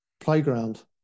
playground